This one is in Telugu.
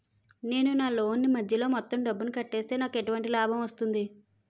నేను నా లోన్ నీ మధ్యలో మొత్తం డబ్బును కట్టేస్తే నాకు ఎటువంటి లాభం వస్తుంది?